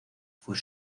fue